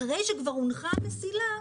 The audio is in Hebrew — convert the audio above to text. אחרי שכבר הונחה המסילה,